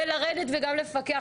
ולרדת וגם לפקח,